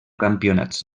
campionats